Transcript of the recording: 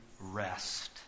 rest